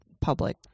public